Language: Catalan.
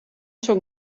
són